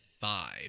five